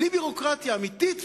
בלי ביורוקרטיה אמיתית,